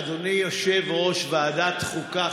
אדוני יושב-ראש ועדת חוקה,